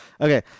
Okay